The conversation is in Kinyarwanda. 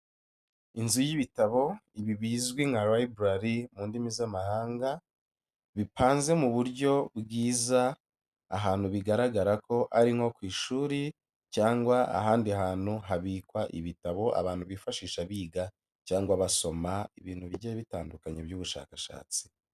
Inzu y'ibitabo ibi bizwi nka Library mu ndimi z'amahanga, bipanze mu buryo bwiza ahantu bigaragara ko ari nko ku ishuri cyangwa ahandi hantu habikwa ibitabo abantu bifashisha biga cyangwa basoma ibintu bigiye bitandukanye by'ubushakashatsi.